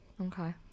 Okay